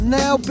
now